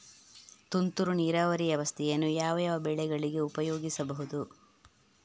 ತುಂತುರು ನೀರಾವರಿ ವ್ಯವಸ್ಥೆಯನ್ನು ಯಾವ್ಯಾವ ಬೆಳೆಗಳಿಗೆ ಉಪಯೋಗಿಸಬಹುದು?